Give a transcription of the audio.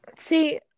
see